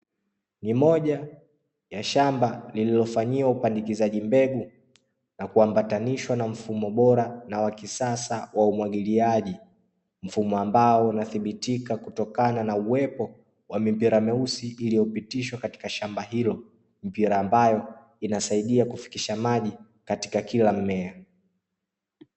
Ni moja ya shamba lililofanyiwa upandikizaji mbegu, na kuambatanishwa na mfumo bora na wa kisasa wa umwagiliaji, mfumo ambao unathibitika kutokana na uwepo wa mipira myeusi iliyopitishwa katika shamba hilo, mipira ambayo inasaidia kupitisha maji katika kila mmea.